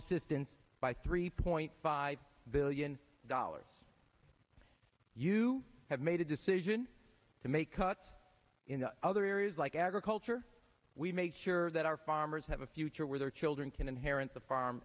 assistance by three point five billion dollars you have made a decision to make cuts in other areas like agriculture we make sure that our farmers have a future where their children can inherit the farm